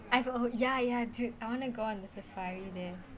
I oh ya ya dude I want to go on the safari there